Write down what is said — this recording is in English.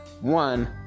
one